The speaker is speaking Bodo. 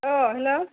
औ हेल'